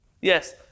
Yes